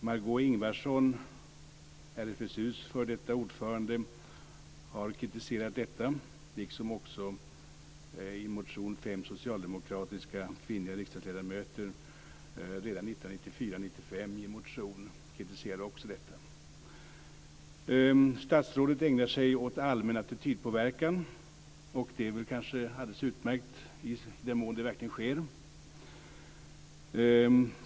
Margó Ingvardsson, RFSU:s f.d. ordförande, har kritiserat detta, liksom fem socialdemokratiska kvinnliga riksdagsledamöter redan 1994/95 i en motion kritiserade detta. Statsrådet ägnar sig åt allmän attitydpåverkan. Det är kanske alldeles utmärkt i den mån det verkligen sker.